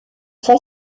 assez